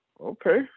Okay